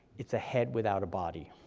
it's a head without a body.